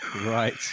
Right